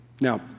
Now